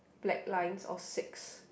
black lines or six